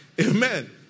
Amen